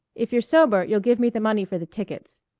if you're sober you'll give me the money for the tickets.